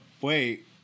wait